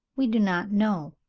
we do not know,